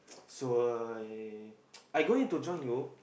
so I I going to join you